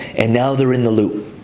and now they're in the loop.